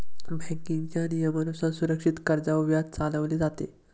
बँकेच्या नियमानुसार सुरक्षित कर्जावर व्याज चालवले जाते